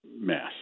mass